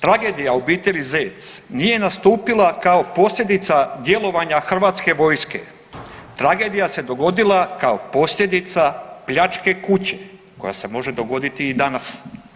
Tragedija obitelji Zec nije nastupila kao posljedica djelovanja HV-a, tragedija se dogodila kao posljedica pljačke kuće koja se može dogoditi i danas.